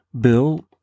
Bill